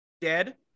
dead